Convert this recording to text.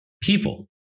people